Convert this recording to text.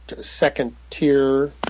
second-tier